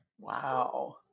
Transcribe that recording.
Wow